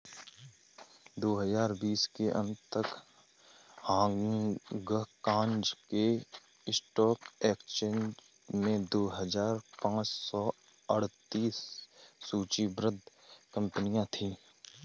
दो हजार बीस के अंत तक हांगकांग के स्टॉक एक्सचेंज में दो हजार पाँच सौ अड़तीस सूचीबद्ध कंपनियां थीं